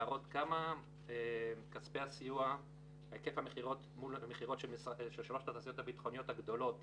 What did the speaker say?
להראות כמה היקף המכירות של שלוש התעשיות הביטחוניות הגדולות